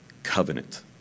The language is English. covenant